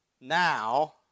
now